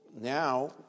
now